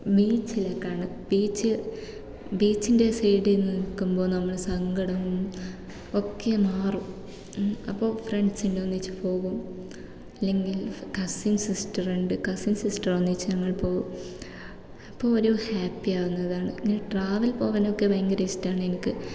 ബീച്ചിലേക്കാണ് beach ബീച്ചിൻ്റെ സൈഡിൽ നിന്ന് നിൽക്കുമ്പോൾ നമ്മളെ സങ്കടം ഒക്കെ മാറും അപ്പോൾ ഫ്രണ്ട്സിൻ്റെ ഒന്നിച്ച് പോകും അല്ലെങ്കിൽ കസിൻ സിസ്റ്റർ ഉണ്ട് കസിൻ സിസ്റ്റെർ ഒന്നിച്ച് ഞങ്ങൾ പോകും അപ്പോൾ ഒരു ഹാപ്പി ആകുന്നതാണ് ഇങ്ങനെ ട്രാവെൽ പോകാനൊക്കെ ഭയങ്കര ഇഷ്ടമാണ് എനിക്ക്